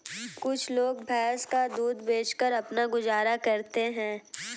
कुछ लोग भैंस का दूध बेचकर अपना गुजारा करते हैं